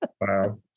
wow